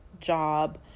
job